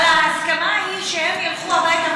אבל ההסכמה היא שהם ילכו הביתה,